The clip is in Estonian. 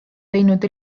teinud